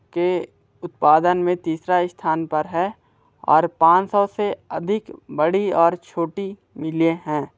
के उत्पादन में तीसरे स्थान पर है और पाँच सौ से अधिक बड़ी और छोटी मीलें हैं